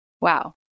Wow